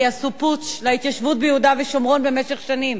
עשו פוטש להתיישבות ביהודה ושומרון במשך שנים.